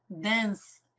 dance